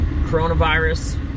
Coronavirus